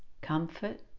Comfort